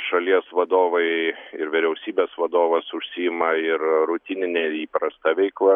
šalies vadovai ir vyriausybės vadovas užsiima ir rutinine įprasta veikla